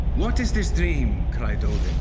what is this dream? cried odin